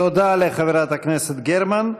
תודה לחברת הכנסת גרמן.